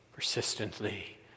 Persistently